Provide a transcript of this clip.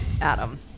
Adam